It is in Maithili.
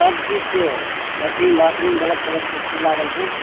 सभ किछु छै लैट्रिन बाथरूम बल्ब तल्ब सभ किछु लागल छै